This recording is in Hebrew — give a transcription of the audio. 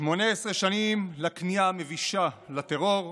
ראש הממשלה, 18 שנים לכניעה המבישה לטרור,